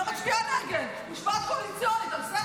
אני לא מצביעה נגד, משמעת קואליציונית.